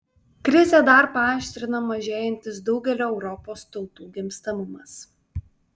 krizę dar paaštrina mažėjantis daugelio europos tautų gimstamumas